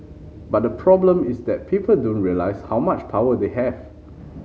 but the problem is that people don't realise how much power they have